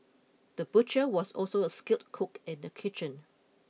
the butcher was also a skilled cook in the kitchen